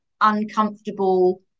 uncomfortable